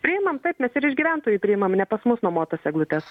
priimam taip mes ir iš gyventojų priimam ne pas mus nuomotas eglutes